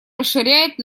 расширяет